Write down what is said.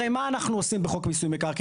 הרי, מה אנחנו עושים בחוק מקרקעין.